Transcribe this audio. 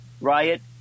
Riot